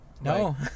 No